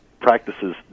practices